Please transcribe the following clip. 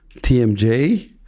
TMJ